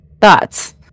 Thoughts